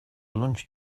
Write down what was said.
lunch